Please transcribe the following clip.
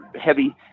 heavy